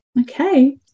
Okay